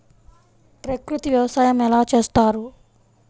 ప్రకృతి వ్యవసాయం ఎలా చేస్తారు?